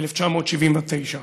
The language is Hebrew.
ב-1979.